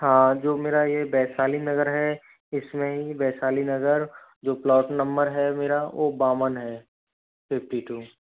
हाँ जो मेरा ये वैशाली नगर है इसमें ही वैशाली नगर जो प्लॉट नंबर है मेरा वो बावन है फिफ्टी टू